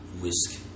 whisk